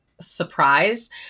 surprised